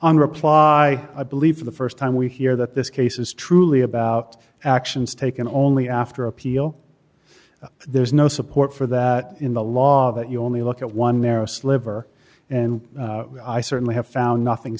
reply i believe the st time we hear that this case is truly about actions taken only after appeal there's no support for that in the law that you only look at one narrow sliver and i certainly have found nothing